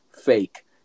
fake